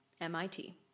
MIT